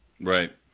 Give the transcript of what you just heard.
Right